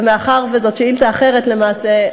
ומאחר שזו שאילתה אחרת למעשה,